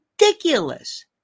ridiculous